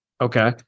Okay